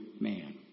man